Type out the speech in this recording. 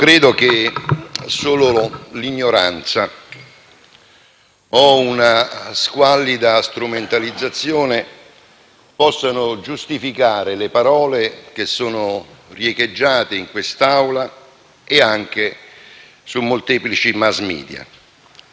credo che solo l'ignoranza o una squallida strumentalizzazione possano giustificare le parole che sono riecheggiate in quest'Aula e su molteplici *mass media*,